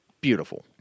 Beautiful